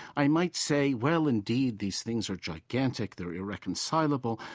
i might say, well indeed these things are gigantic they're irreconcilable.